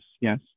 yes